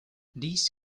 this